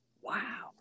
Wow